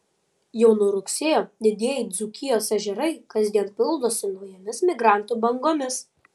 jau nuo rugsėjo didieji dzūkijos ežerai kasdien pildosi naujomis migrantų bangomis